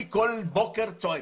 כל בוקר אני צועק.